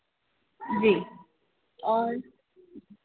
जी और